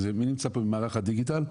אז מי נמצא פה ממערך הדיגיטל?